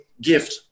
gift